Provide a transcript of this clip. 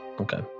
Okay